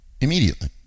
immediately